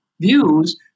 views